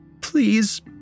Please